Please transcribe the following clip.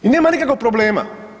I nema nikakvog problema.